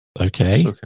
okay